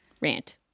Rant